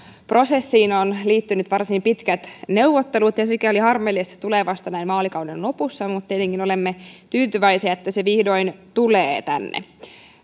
prosessiin ovat liittyneet varsin pitkät neuvottelut ja sikäli on harmillista että se tulee vasta näin vaalikauden lopussa mutta tietenkin olemme tyytyväisiä että se vihdoin tulee tänne